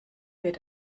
wird